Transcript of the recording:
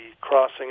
crossing